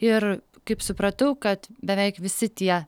ir kaip supratau kad beveik visi tie